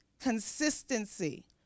consistency